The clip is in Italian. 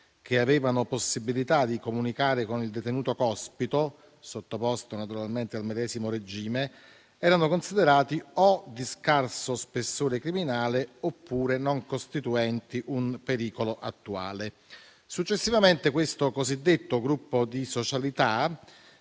che avevano possibilità di comunicare con il detenuto Cospito, sottoposto al medesimo regime, erano considerati di scarso spessore criminale o, comunque, non costituenti un pericolo attuale. Successivamente questo gruppo di socialità